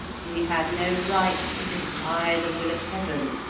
he had no right to defy the will of heaven,